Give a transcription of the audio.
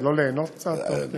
אז לא ליהנות קצת תוך כדי?